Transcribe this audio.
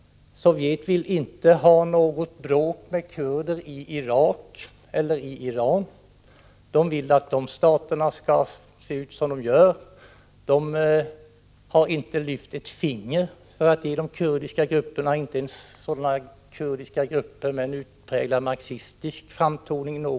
Sovjet vill inte ha något bråk med kurder i Irak eller Iran. Sovjet vill att dessa stater skall se ut som de gör. Man har i Sovjet inte lyft ett finger för att ge de kurdiska grupperna något stöd — inte ens sådana grupper som har en utpräglat marxistisk framtoning.